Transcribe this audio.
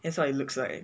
that's what it looks like